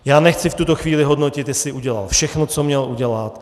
Já nechci v tuto chvíli hodnotit, jestli udělal všechno, co měl udělat.